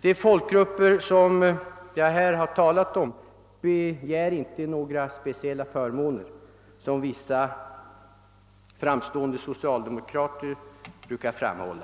De folkgrupper som jag här talar om begär inte några speciella förmåner som vissa framstående socialdemokrater brukar påstå.